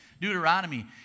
Deuteronomy